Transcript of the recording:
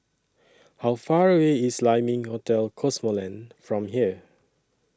How Far away IS Lai Ming Hotel Cosmoland from here